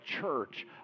church